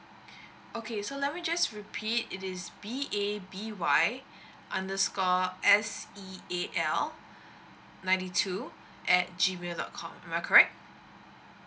okay so let me just repeat it is B A B Y underscore S E A L ninety two at G mail dot com am I correct